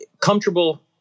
comfortable